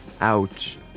Ouch